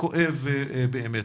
כואב באמת,